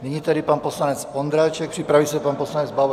Nyní tedy pan poslanec Ondráček, připraví se pan poslanec Bauer.